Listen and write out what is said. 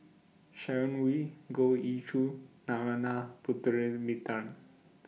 Sharon Wee Goh Ee Choo Narana Putumaippittan